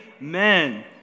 Amen